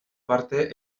parte